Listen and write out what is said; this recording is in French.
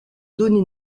donné